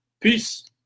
Peace